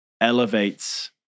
elevates